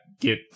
get